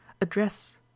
address